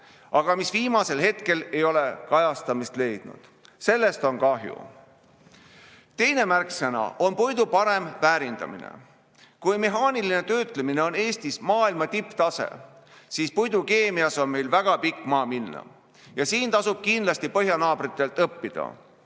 aga mis viimasel hetkel ei ole kajastamist leidnud. Sellest on kahju. Teine märksõna on puidu parem väärindamine. Kui mehaaniline töötlemine on Eestis maailma tipptase, siis puidukeemias on meil väga pikk maa minna ja siin tasub kindlasti põhjanaabritelt õppida,